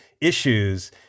issues